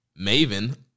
Maven